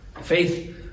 faith